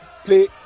play